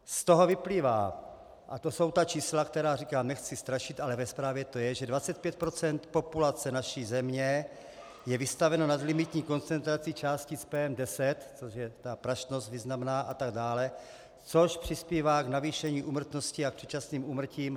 Z toho vyplývá, a to jsou ta čísla, která říkám, nechci strašit, ale ve zprávě to je, že 25 % populace naší země je vystaveno nadlimitní koncentraci částic PM10, což je ta prašnost významná atd., což přispívá k navýšení úmrtnosti a k předčasným úmrtím.